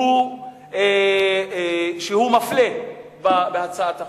שהוא מפלה בהצעת החוק.